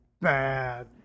bad